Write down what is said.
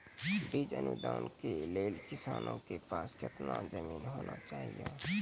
बीज अनुदान के लेल किसानों के पास केतना जमीन होना चहियों?